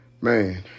man